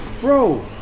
Bro